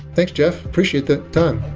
thanks, jeff. appreciate the time.